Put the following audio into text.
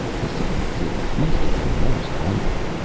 besides, it must have been most hungry.